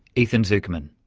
ethan zuckerman.